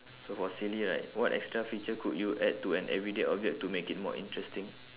so for silly right what extra feature could you add to an everyday object to make it more interesting